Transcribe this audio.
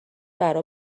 برا